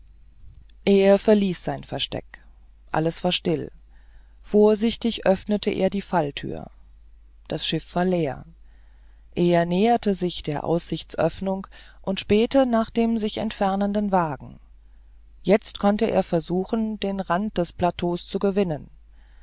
er verließ sein versteck alles war still vorsichtig öffnete er die falltür das schiff war leer er näherte sich der aussichtsöffnung und spähte nach dem sich entfernenden wagen jetzt konnte er versuchen den rand des plateaus zu gewinnen